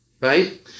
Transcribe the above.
Right